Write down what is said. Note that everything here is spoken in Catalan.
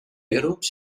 grups